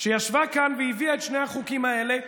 שישבה כאן והביאה את שני החוקים האלה,